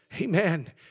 Amen